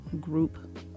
group